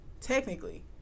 Technically